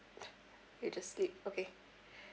he'll just sleep okay